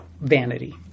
vanity